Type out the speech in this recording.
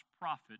prophet